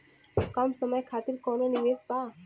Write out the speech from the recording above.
कम समय खातिर कौनो निवेश बा?